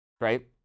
right